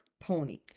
pony